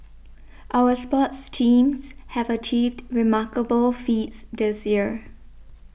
our sports teams have achieved remarkable feats this year